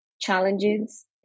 challenges